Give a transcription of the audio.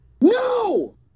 No